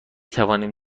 توانیم